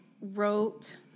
wrote